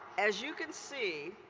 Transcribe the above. as you can see,